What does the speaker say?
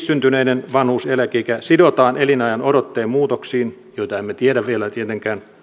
syntyneiden vanhuuseläkeikä sidotaan elinajanodotteen muutoksiin joita emme tiedä vielä tietenkään